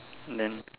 then